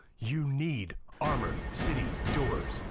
you need armor city doors.